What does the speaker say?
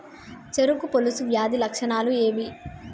చెరుకు పొలుసు వ్యాధి లక్షణాలు ఏవి?